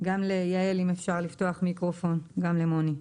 גם ליעל אם אפשר לפתוח מיקרופון וגם למוני.